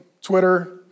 Twitter